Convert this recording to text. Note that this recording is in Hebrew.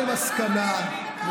למסקנה,